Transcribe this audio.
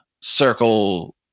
circle